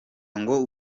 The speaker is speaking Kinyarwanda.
ngo